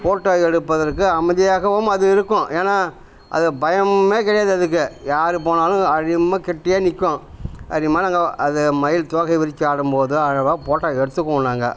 photo எடுப்பதற்கு அமைதியாகவும் அது இருக்கும் ஏனால் அது பயமே கிடையாது அதுக்கு யார் போனாலும் அதிகமாக கெட்டியாக நிற்கும் அதிகமாக நாங்கள் அது மயில் தோகை விரிச்சு ஆடும்போது அழகா போட்டா எடுத்துக்குவோம் நாங்கள்